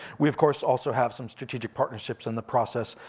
we, of course, also have some strategic partnerships in the process.